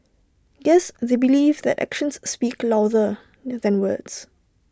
guess they believe that actions speak louder than words